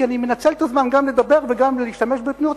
כי אני מנצל את הזמן גם לדבר וגם להשתמש בתנועות